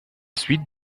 suite